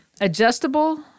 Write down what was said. adjustable